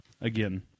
again